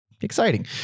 exciting